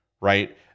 right